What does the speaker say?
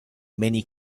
many